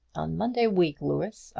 on monday week, louis,